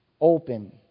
Open